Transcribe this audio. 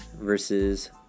versus